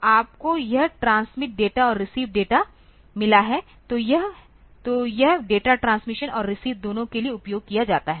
तो आपको यह ट्रांसमिट डेटा और रिसीव डाटा मिला है तो यह तो यह डेटा ट्रांसमिशन और रिसीव दोनों के लिए उपयोग किया जाता है